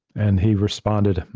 and he responded,